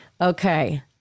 Okay